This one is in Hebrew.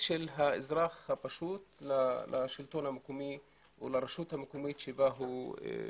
של האזרח הפשוט לשלטון המקומי או לרשות המקומית שבה הוא תושב.